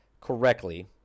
correctly